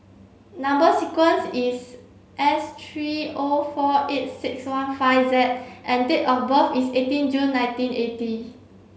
number sequence is S three O four eight six one five Z and date of birth is eighteen June nineteen eighty